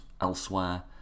elsewhere